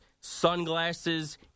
Sunglasses